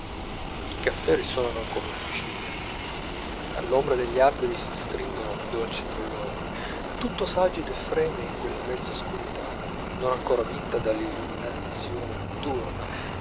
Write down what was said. i caffè risuonano come officine all'ombra degli alberi si stringono i dolci colloqui tutto s'agita e freme in quella mezza oscurità non ancor vinta dall'illuminazione notturna